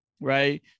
right